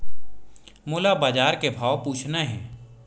मोला बजार के भाव पूछना हे?